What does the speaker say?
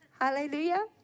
Hallelujah